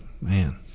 Man